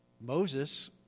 Moses